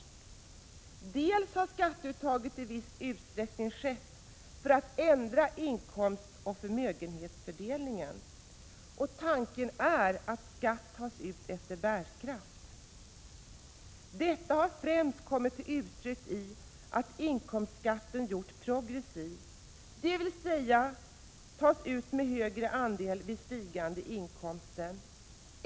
e Dels har skatteuttaget i viss utsträckning skett för att ändra inkomstoch förmögenhetsfördelningen. Tanken är att skatten skall tas ut efter bärkraft. Detta har främst kommit till uttryck i att inkomstskatten gjorts progressiv, dvs. den tas ut med högre andel vid stigande inkomster.